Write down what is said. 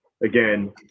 again